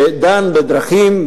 שדן בדרכים,